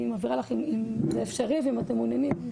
אני מעבירה לכם אם זה אפשרי ואם אתם מעוניינים,